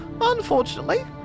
Unfortunately